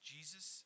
Jesus